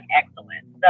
excellence